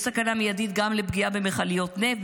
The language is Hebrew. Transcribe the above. יש סכנה מיידית גם לפגיעה במכליות נפט,